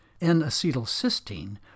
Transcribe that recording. N-acetylcysteine